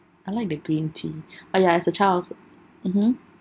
I like the green tea !aiya! as a child mmhmm